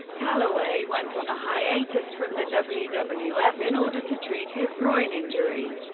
calaway went on a hiatus from the wwf wwf in order to treat his groin injury.